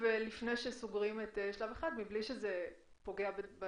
את תוצאות הפאזה הראשונה שלה לפני שהיא התחילה בחיסון אנשים במסגרת